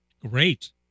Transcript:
Great